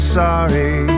sorry